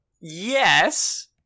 Yes